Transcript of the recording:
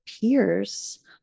peers